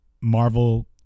Marvel